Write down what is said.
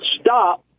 stop